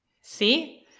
See